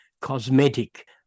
cosmetic